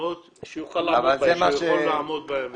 משימות שהוא יכול לעמוד בהן.